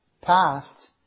Past